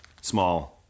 small